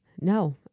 no